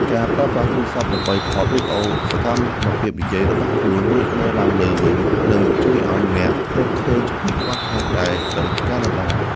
ការប្រើប្រាស់ទូរស័ព្ទដើម្បីថតវីដេអូសកម្មភាពនិយាយរបស់ខ្លួន រួចមើលឡើងវិញ នឹងជួយឱ្យអ្នករកឃើញចំណុចខ្វះខាតដែលត្រូវកែលម្អ។